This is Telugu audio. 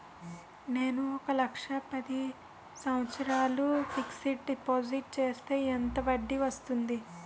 నేను ఒక లక్ష పది సంవత్సారాలు ఫిక్సడ్ డిపాజిట్ చేస్తే ఎంత వడ్డీ వస్తుంది?